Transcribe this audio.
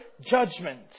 judgment